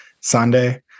Sunday